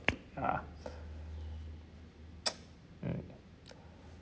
uh mm